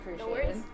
appreciated